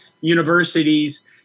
universities